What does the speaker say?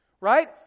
right